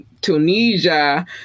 Tunisia